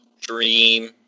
Dream